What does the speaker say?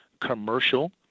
commercial